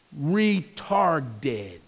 retarded